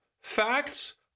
Facts